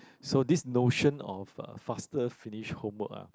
so this notion of uh faster finish homework ah